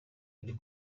ari